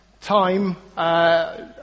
time